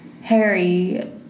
Harry